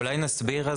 אולי נסביר.